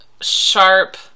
Sharp